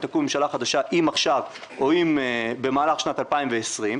ותקום ממשלה חדשה אם עכשיו או אם במהלך שנת 2020,